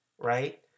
right